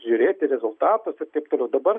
žiūrėti rezultatus ir taip toliau dabar